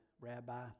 Rabbi